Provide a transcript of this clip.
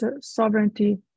sovereignty